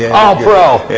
yeah all-pro!